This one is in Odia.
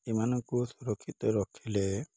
ସେମାନଙ୍କୁ ସୁରକ୍ଷିତ ରଖିଲେ